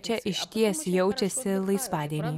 čia išties jaučiasi laisvadieniai